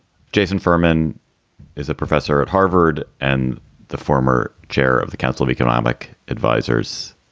jason furman is a professor at harvard and the former chair of the council of economic advisers.